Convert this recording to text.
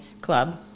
club